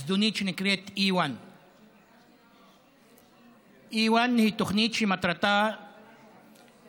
זדונית שנקראת E1. E1 היא תוכנית שמטרתה לנתק